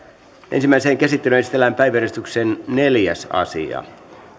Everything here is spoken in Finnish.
ensimmäiseen käsittelyyn esitellään päiväjärjestyksen neljäs asia